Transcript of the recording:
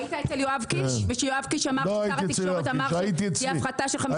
היית אצל יואב קיש ושיואב קיש אמר שתהיה הפחתה של 50%?